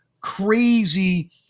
crazy